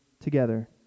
together